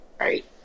Right